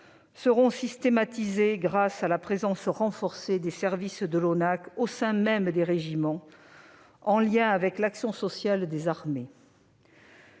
seront systématisées grâce à une présence renforcée des services de l'ONACVG au sein des régiments, en lien avec l'action sociale des armées.